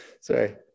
Sorry